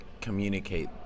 communicate